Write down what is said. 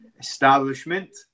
establishment